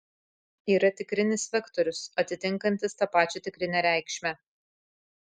yra tikrinis vektorius atitinkantis tą pačią tikrinę reikšmę